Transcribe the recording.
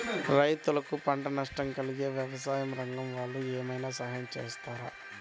రైతులకు పంట నష్టం కలిగితే వ్యవసాయ రంగం వాళ్ళు ఏమైనా సహాయం చేస్తారా?